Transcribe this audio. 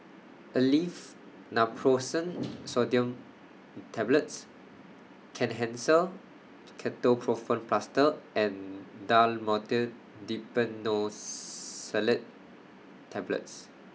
Aleve Naproxen Sodium Tablets Kenhancer Ketoprofen Plaster and Dhamotil Diphenoxylate Tablets